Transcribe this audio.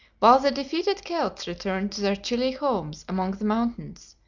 while the defeated celts returned to their chilly homes among the mountains,